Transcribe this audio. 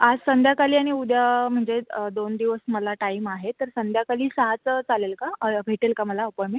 आज संध्याकाळी आणि उद्या म्हणजेच दोन दिवस मला टाईम आहे तर संध्याकाळी सहाचं चालेल का भेटेल का मला अपॉईंटमेंट